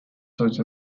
such